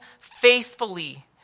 faithfully